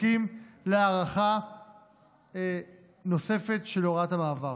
תסכים להארכה נוספת של הוראת המעבר.